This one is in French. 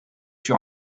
sur